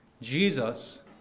Jesus